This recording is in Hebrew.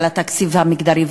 על התקציב המגדרי.